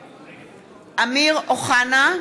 (קוראת בשמות חברי הכנסת) אמיר אוחנה,